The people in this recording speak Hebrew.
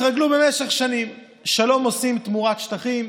התרגלו משך שנים ששלום עושים תמורת שטחים,